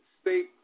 state